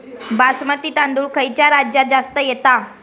बासमती तांदूळ खयच्या राज्यात जास्त येता?